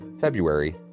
February